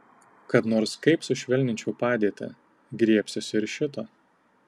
kad nors kaip sušvelninčiau padėtį griebsiuosi ir šito